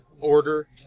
order